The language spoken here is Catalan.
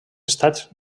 estats